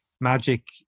magic